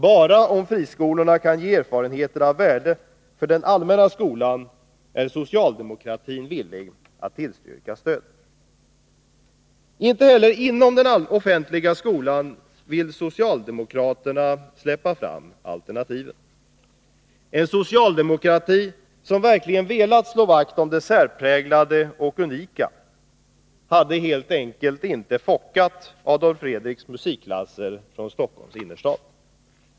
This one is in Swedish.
Bara om fristående skolor kan ge erfarenheter av värde för den allmänna skolan är socialdemokratin villig att tillstyrka stödet. Inte heller inom den offentliga skolan vill socialdemokraterna släppa fram alternativ. En socialdemokrati som verkligen velat slå vakt om det särpräglade och unika hade helt enkelt inte fockat Adolf Fredriks musikklasser från Stockholms innerstad.